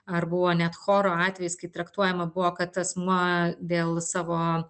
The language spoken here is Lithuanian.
ar buvo net choro atvejis kai traktuojama buvo kad asmuo dėl savo